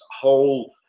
whole